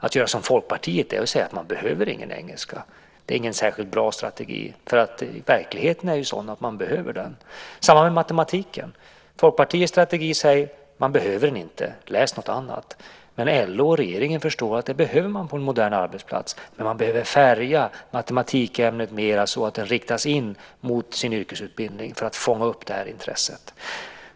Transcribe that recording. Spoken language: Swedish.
Att göra som Folkpartiet säger och hävda att engelskan inte behövs är inte en särskilt bra strategi. Verkligheten är sådan att man behöver den. Samma sak är det med matematiken. Folkpartiets strategi är att säga att den inte behövs. Läs något annat. Men LO och regeringen förstår att matematik behövs på en modern arbetsplats. Men matematikämnet behöver färgas mer så att det riktas in mot yrkesutbildningen så att intresset kan fångas upp.